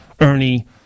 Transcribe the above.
Ernie